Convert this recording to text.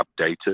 updated